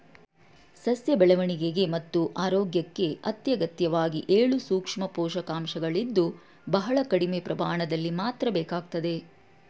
ಸಸ್ಯ ಬೆಳವಣಿಗೆ ಮತ್ತು ಆರೋಗ್ಯಕ್ಕೆ ಅತ್ಯಗತ್ಯವಾಗಿ ಏಳು ಸೂಕ್ಷ್ಮ ಪೋಷಕಾಂಶಗಳಿದ್ದು ಬಹಳ ಕಡಿಮೆ ಪ್ರಮಾಣದಲ್ಲಿ ಮಾತ್ರ ಬೇಕಾಗ್ತದೆ